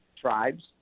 tribes